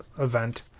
event